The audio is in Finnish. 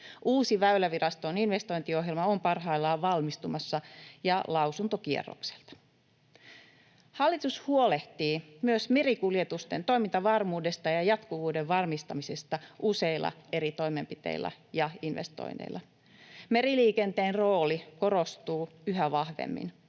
Uusi Väyläviraston investointiohjelma on parhaillaan valmistumassa ja lausuntokierroksella. Hallitus huolehtii myös merikuljetusten toimintavarmuudesta ja jatkuvuuden varmistamisesta useilla eri toimenpiteillä ja investoinneilla. Meriliikenteen rooli korostuu yhä vahvemmin.